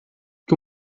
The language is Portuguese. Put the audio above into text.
que